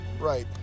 Right